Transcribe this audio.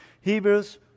Hebrews